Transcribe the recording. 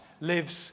lives